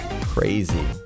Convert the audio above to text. crazy